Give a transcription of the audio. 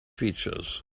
features